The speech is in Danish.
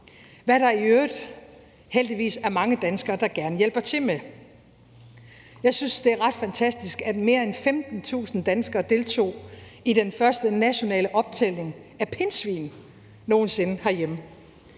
hvad der i øvrigt heldigvis er mange danskere der gerne hjælper til med. Jeg synes, det er ret fantastisk, at mere end 15.000 danskere deltog i den første nationale optælling af pindsvin nogen sinde herhjemme.